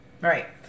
Right